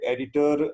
Editor